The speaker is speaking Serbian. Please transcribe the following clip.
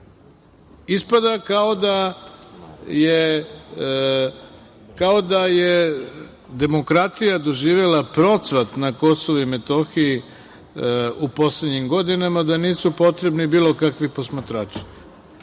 Ispada kao da je demokratija doživela procvat na KiM u poslednjim godinama, da nisu potrebni bilo kakvi posmatrači.